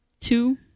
two